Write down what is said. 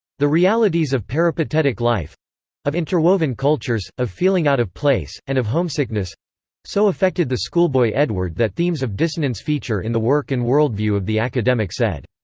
the realities of peripatetic life of interwoven cultures, of feeling out of place, and of homesickness so affected the schoolboy edward that themes of dissonance feature in the work and worldview of the academic said.